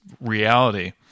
reality